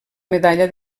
medalla